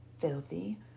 Filthy